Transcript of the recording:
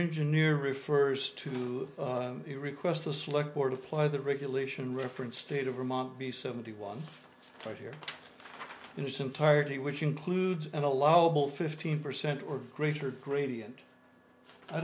engineer refers to the requests the slug board apply the regulation reference state of vermont be seventy one right here in its entirety which includes an allowable fifteen percent or greater gradient i